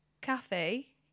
cafe